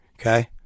Okay